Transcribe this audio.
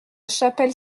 chapelle